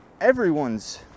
everyone's